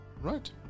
Right